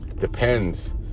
depends